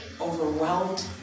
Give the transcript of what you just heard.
overwhelmed